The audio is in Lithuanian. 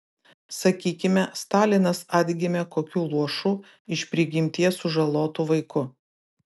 sakykime stalinas atgimė kokiu luošu iš prigimties sužalotu vaiku